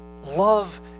Love